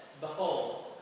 Behold